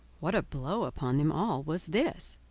what a blow upon them all was this!